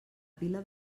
pila